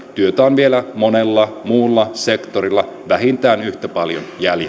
työtä on vielä monella muulla sektorilla vähintään yhtä paljon